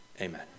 Amen